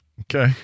Okay